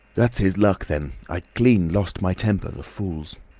that's his luck, then. i clean lost my temper, the fools!